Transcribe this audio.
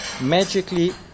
magically